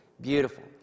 beautiful